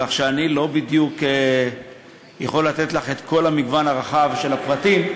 כך שאני לא בדיוק יכול לתת לך את כל המגוון הרחב של הפרטים,